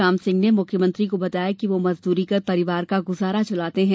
रामसिंह ने मुख्यमंत्री को बताया कि वह मजदूरी कर परिवार का गुजारा चलाते हैं